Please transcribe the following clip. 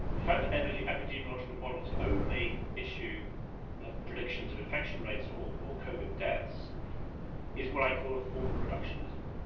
the fact that epidemiological models only issue predictions of infection rates or or covid deaths is what i call a form of reductionism.